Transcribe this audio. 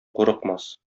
курыкмас